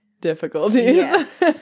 difficulties